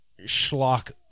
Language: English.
schlock